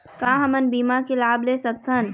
का हमन बीमा के लाभ ले सकथन?